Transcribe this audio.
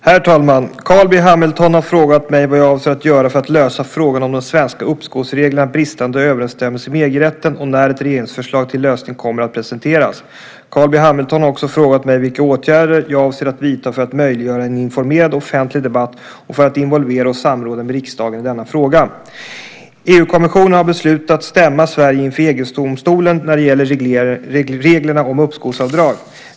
Herr talman! Carl B Hamilton har frågat mig vad jag avser att göra för att lösa frågan om de svenska uppskovsreglernas bristande överensstämmelse med EG-rätten och när ett regeringsförslag till lösning kommer att presenteras. Carl B Hamilton har också frågat mig vilka åtgärder jag avser att vidta för att möjliggöra en informerad offentlig debatt och för att involvera och samråda med riksdagen i denna fråga. EU-kommissionen har beslutat stämma Sverige inför EG-domstolen när det gäller reglerna om uppskovsavdrag.